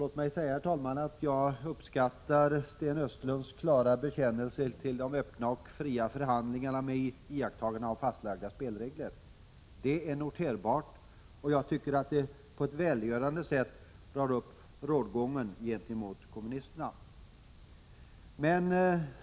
Låt mig säga att jag uppskattar Sten Östlunds klara bekännelse till principen om de öppna och fria förhandlingarna med iakttagande av fastlagda spelregler. Det är noterbart, och det drar på ett välgörande sätt upp rågången gentemot kommunisterna.